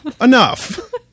enough